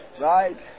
Right